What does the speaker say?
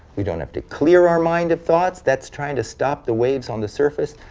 be don't have to clear our mind of thoughts. that's trying to stop the waves on the surface.